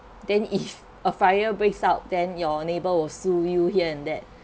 then if a fire breaks out then your neighbour will sue you here and that